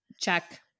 Check